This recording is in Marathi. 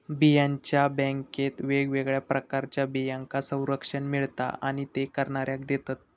बियांच्या बॅन्केत वेगवेगळ्या प्रकारच्या बियांका संरक्षण मिळता आणि ते करणाऱ्याक देतत